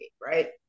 right